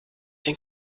den